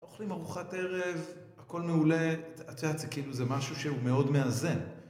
אוכלים ארוחת ערב, הכל מעולה, את יודעת זה כאילו זה משהו שהוא מאוד מאזן.